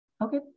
Okay